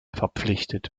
verpflichtet